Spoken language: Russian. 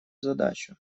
задачу